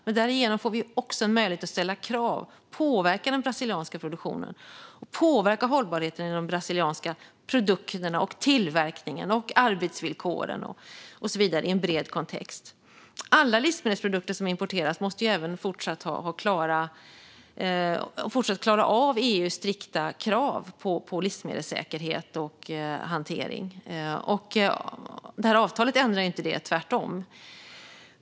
Men därigenom får vi också en möjlighet att ställa krav och påverka den brasilianska produktionen och påverka hållbarheten i de brasilianska produkterna, tillverkningen, arbetsvillkoren och så vidare i en bred kontext. Alla livsmedelsprodukter som importeras måste även fortsatt klara av EU:s strikta krav på livsmedelssäkerhet och hantering. Detta avtal ändrar inte detta, tvärtom.